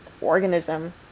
organism